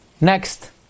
next